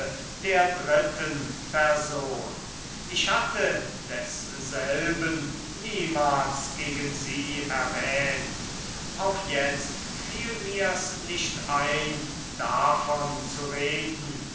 der dritten person ich hatte desselben niemals gegen sie erwähnt auch jetzt fiel mir's nicht ein davon zu reden